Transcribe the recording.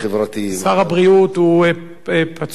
כידוע לך, שר הבריאות פצוע ברגלו.